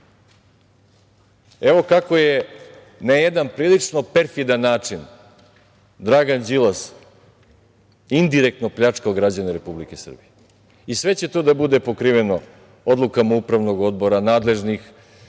kako je na jedan prilično perfidan način Dragan Đilas indirektno pljačkao građane Republike Srbije i sve će to da bude pokriveno odlukama upravnog odbora, nadležnih